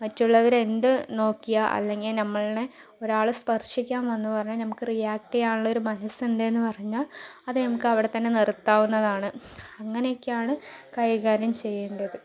മറ്റുള്ളവര് എന്ത് നോക്കിയാ അല്ലെങ്കി നമ്മൾനെ ഒരാൾ സ്പർശിക്കാൻ വന്നു എന്ന് പറഞ്ഞാൽ നമുക്ക് റിയാക്ട് ചെയ്യാനുള്ള ഒരു മനസ്സുണ്ട് എന്ന് പറഞ്ഞാൽ അത് നമുക്ക് അവിടെ തന്നെ നിർത്താവുന്നതാണ് അങ്ങനെയൊക്കെയാണ് കൈകാര്യം ചെയ്യേണ്ടത്